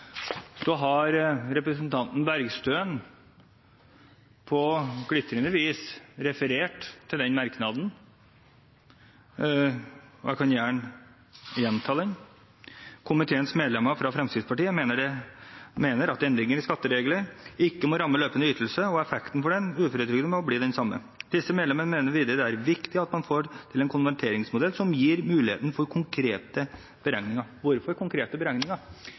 Jeg kan gjerne gjenta den: «Komiteens medlemmer fra Fremskrittspartiet mener at endringer i skatteregler ikke må ramme løpende ytelser og effekten for den uføretrygdede må bli den samme. Disse medlemmer mener videre det er viktig at man får til en konverteringsmodell som gir mulighet for konkrete beregninger.» Hvorfor «konkrete beregninger»? Jo, fordi det var opplyst allerede den gangen at det var vanskelig å få til konkrete beregninger